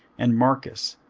and marcus,